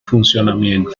funcionamiento